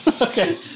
okay